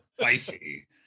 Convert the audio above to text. spicy